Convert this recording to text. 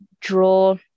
draw